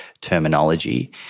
terminology